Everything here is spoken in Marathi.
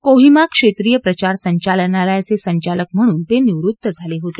कोहिमा क्षेत्रीय प्रचार संचालनालयाचे संचालक म्हणून ते निवृत्त झाले होते